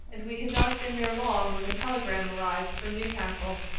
and we had not been there long when a telegram arrived from newcastle.